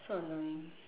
so annoying